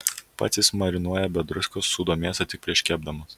pats jis marinuoja be druskos sūdo mėsą tik prieš kepdamas